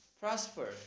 prosper